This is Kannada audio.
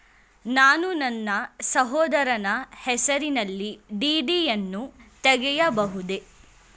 ನಾನು ನನ್ನ ಸಹೋದರನ ಹೆಸರಿನಲ್ಲಿ ಡಿ.ಡಿ ಯನ್ನು ತೆಗೆಯಬಹುದೇ?